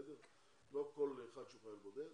לא כל אחד שהוא חייל בודד